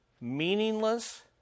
meaningless